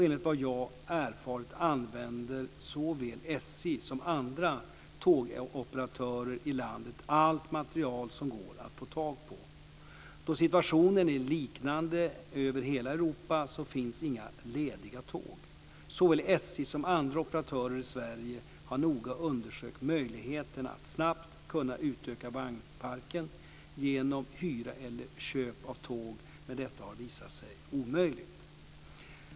Enligt vad jag erfarit använder såväl SJ som andra tågoperatörer i landet allt material som går att få tag på. Då situationen är liknande över hela Europa finns inga lediga tåg. Såväl SJ som andra operatörer i Sverige har noga undersökt möjligheterna att snabbt utöka vagnparken genom hyra eller köp av tåg, men detta har visat sig omöjligt.